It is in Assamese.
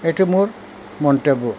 সেইটো মোৰ মন্তব্য